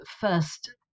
first